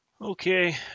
Okay